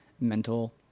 mental